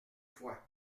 fois